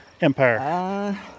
empire